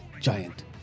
Giant